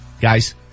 Guys